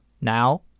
now